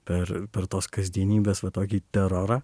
per per tos kasdienybės va tokį terorą